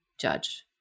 judge